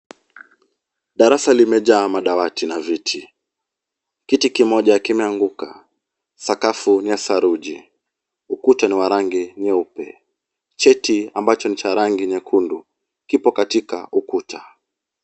Darasa limejaa madawati na viti , kiti kimoja kimeanguka, sakafu ni ya saruji , ukuta ni wa rangi nyeupe, cheti ambacho ni cha rangi nyekundu, kipo katika ukuta .